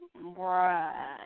Right